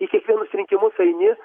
į kiekvienus rinkimus eini